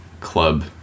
club